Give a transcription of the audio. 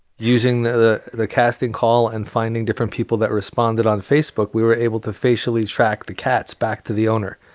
using the the casting call and finding different people that responded on facebook, we were able to facially track the cats back to the owner.